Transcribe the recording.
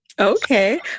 Okay